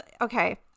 okay